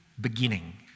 beginning